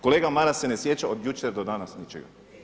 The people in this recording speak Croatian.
Kolega Maras se ne sjeća od jučer do danas ničega.